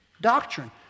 Doctrine